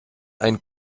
ein